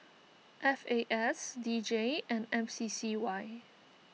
F A S D J and M C C Y